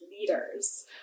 leaders